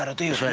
but these